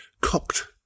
cocked